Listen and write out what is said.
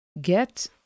get